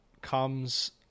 comes